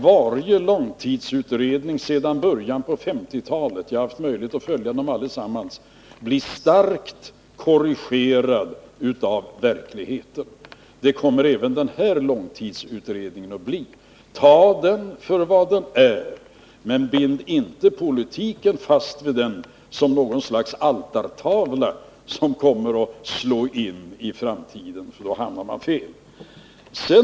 Varje långtidsutredning sedan början av 1950-talet — jag har haft möjlighet att följa dem alla — har blivit starkt korrigerad av verkligheten. Det kommer även den här långtidsutredningen att bli. Tag den för vad den är, men bind inte fast politiken vid den som om den vore något slags altartavla med förutsägelser som kommer att slå in i framtiden. Då hamnar man nämligen fel.